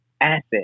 asset